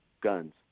guns